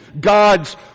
God's